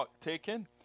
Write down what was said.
taken